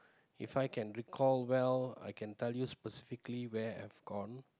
If I can recall well I can tell you specifically where I've gone